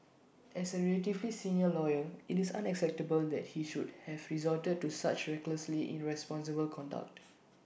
as A relatively senior lawyer IT is unacceptable that he should have resorted to such recklessly irresponsible conduct